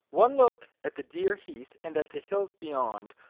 one look at the dear heath and at the hills beyond,